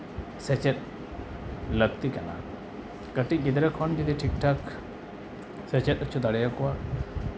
ᱥᱮᱪᱮᱫ ᱞᱟᱹᱠᱛᱤ ᱠᱟᱱᱟ ᱠᱟᱹᱴᱤᱡ ᱜᱤᱫᱽᱨᱟᱹ ᱠᱷᱚᱱ ᱡᱩᱫᱤ ᱴᱷᱤᱠᱼᱴᱷᱟᱠ ᱥᱮᱪᱮᱫ ᱦᱚᱪᱚ ᱫᱟᱲᱮᱭᱟᱠᱚᱣᱟ